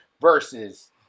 versus